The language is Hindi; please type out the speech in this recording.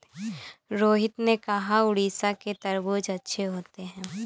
रोहित ने कहा कि उड़ीसा के तरबूज़ अच्छे होते हैं